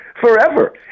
forever